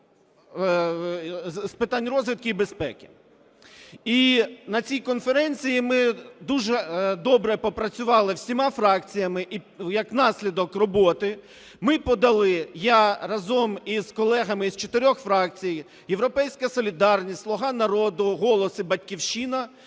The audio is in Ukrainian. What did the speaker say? з питань розвідки і безпеки. І на цій конференції ми дуже добре попрацювали всіма фракціями. І як наслідок роботи ми подали, я разом із колегами із чотирьох фракцій "Європейська солідарність", "Слуга народу", "Голос" і "Батьківщина"